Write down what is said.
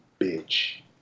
bitch